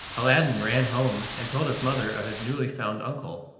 aladdin ran home, and told his mother of his newly found uncle.